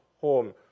home